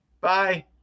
Bye